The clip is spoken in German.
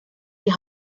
die